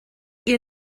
ihr